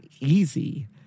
easy